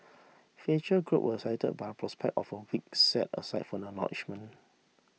feature group were excited by the prospect of a week set aside for acknowledgement